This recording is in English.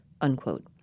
unquote